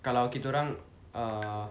kalau kita orang err